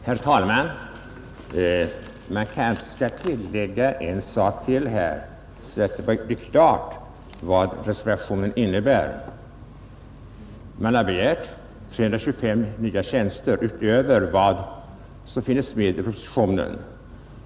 Herr talman! Det bör kanske här tilläggas ytterligare en sak så att det blir klart vad reservationen innebär. Man har begärt 325 nya tjänster utöver vad som finns med i propositionen.